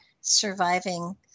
surviving